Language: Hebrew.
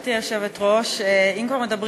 גברתי היושבת-ראש, תודה, אם כבר מדברים,